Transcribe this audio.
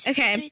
Okay